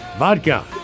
Vodka